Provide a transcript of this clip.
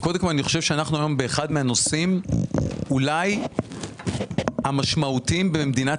שאנחנו היום באחד מהנושאים אולי המשמעותיים במדינת